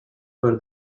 for